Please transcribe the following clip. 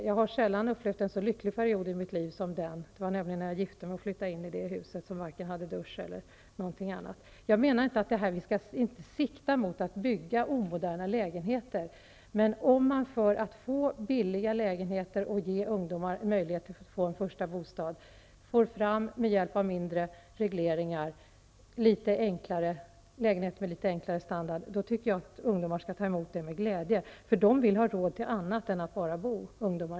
Jag har sällan upplevt en så lycklig period i mitt liv. Det var nämligen när jag gifte mig, som vi flyttade in i det huset, som inte hade t.ex. dusch. Jag menar inte att vi skall sikta på att bygga omoderna lägenheter, Men om man för att få billiga lägenheter och ge ungdomar möjlighet att få en första bostad, med hjälp av färre regleringar får fram lägenheter med enklare standard, tycker jag att ungdomar skall ta emot det med glädje. Ungdomar i dag vill ha råd med annat än att bo.